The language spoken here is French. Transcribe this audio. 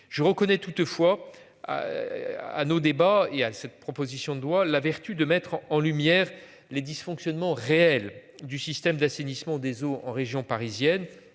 Je reconnais toutefois à à nos débats et à cette proposition de loi la vertu de mettre en lumière les dysfonctionnements réels du système d'assainissement des eaux en région parisienne